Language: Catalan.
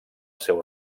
seu